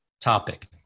topic